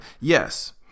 Yes